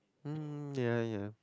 mm ya ya